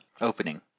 opening